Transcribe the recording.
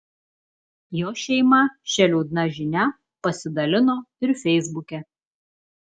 jo šeima šia liūdna žinia pasidalino ir feisbuke